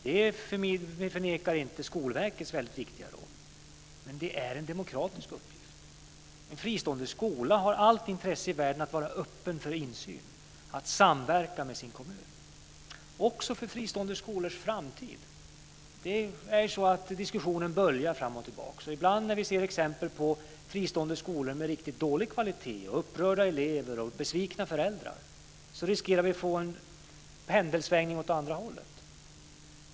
Vi förnekar inte Skolverkets väldigt viktiga roll, men det är en demokratisk uppgift. En fristående skola har allt intresse i världen av att vara öppen för insyn och av att samverka med sin kommun. Detta gäller också för fristående skolors framtid. Diskussionen böljar fram och tillbaka. Vi ser ibland exempel på fristående skolor med riktigt dålig kvalitet, upprörda elever och besvikna föräldrar, och då riskerar vi att få en pendelsvängning åt det andra hållet.